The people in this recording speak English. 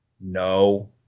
no